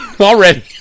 already